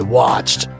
watched